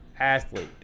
athlete